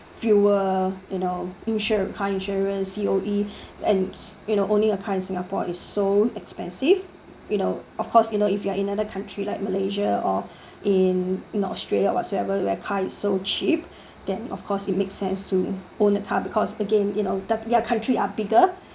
fuel you know insur~ car insurance C_O_E and s~ you know owing a car in singapore is so expensive you know of course you know if you are in other country like malaysia or in in australia whatsoever where car is so cheap than of course it makes sense to own a car because again you know their country are bigger